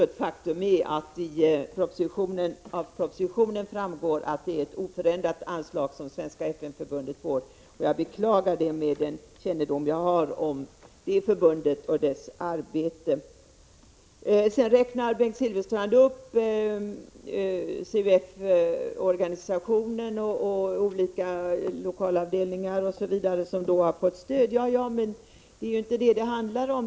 Ett faktum är också att det av propositionen framgår att det är ett oförändrat anslag Svenska FN-förbundet får. Jag beklagar det, med den kännedom jag har om förbundet och dess arbete. Bengt Silfverstrand räknade upp CUF-organisationen och olika lokalavdelningar av den som fått stöd. Men det är ju inte det det handlar om.